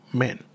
men।